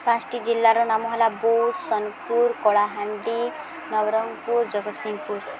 ପାଞ୍ଚଟି ଜିଲ୍ଲାର ନାମ ହେଲା ବୌଦ୍ଧ ସୋନପୁର କଳାହାଣ୍ଡିି ନବରଙ୍ଗପୁର ଜଗତସିଂହପୁର